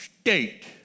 state